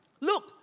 Look